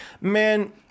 man